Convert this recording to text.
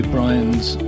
Brian's